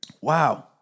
Wow